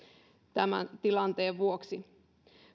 tämän tilanteen vuoksi